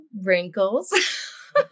wrinkles